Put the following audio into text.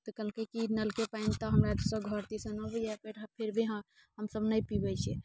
तऽ कहलकै कि नलके पानि तऽ हमरासभ घर दिसन अबैए फिर भी हँ हमसभ नहि पीबैत छियै